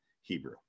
Hebrew